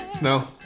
No